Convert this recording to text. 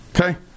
Okay